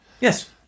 Yes